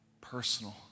personal